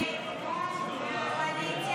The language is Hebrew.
הסתייגות 57 לחלופין א לא נתקבלה.